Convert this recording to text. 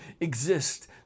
exist